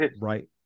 Right